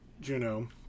Juno